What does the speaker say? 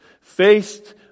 faced